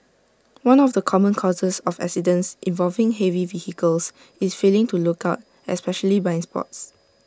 one of the common causes of accidents involving heavy vehicles is failing to look out especially blind spots